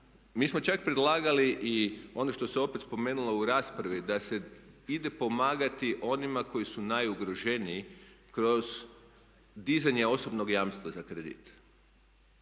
mi smo čak predlagali i ono što se opet spomenulo u raspravi da se ide pomagati onima koji su najugroženiji kroz dizanje osobnog jamstva za kredit,